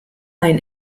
ein